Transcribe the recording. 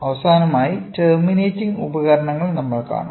അവസാനമായി ടെർമിനേറ്റിംഗ് ഉപകരണങ്ങൾ നമ്മൾ കാണും